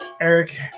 Eric